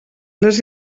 les